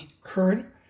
heard